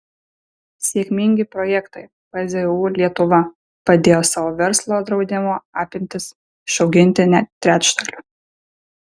sėkmingi projektai pzu lietuva padėjo savo verslo draudimo apimtis išauginti net trečdaliu